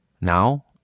Now